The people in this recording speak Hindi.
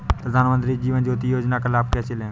प्रधानमंत्री जीवन ज्योति योजना का लाभ कैसे लें?